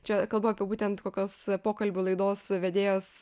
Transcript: čia kalbu apie būtent kokios pokalbių laidos vedėjos